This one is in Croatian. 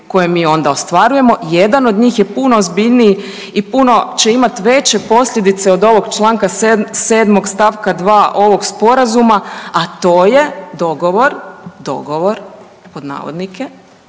koje mi onda ostvarujemo. Jedan od njih je puno ozbiljniji i puno će imati veće posljedice od ovog članka 7. stavka 2. ovog Sporazuma, a to je dogovor, dogovor pod navodnike